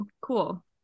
Cool